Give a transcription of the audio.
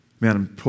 Man